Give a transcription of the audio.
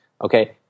okay